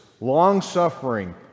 long-suffering